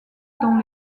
dont